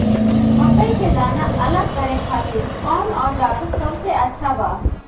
मकई के दाना अलग करे खातिर कौन औज़ार सबसे अच्छा बा?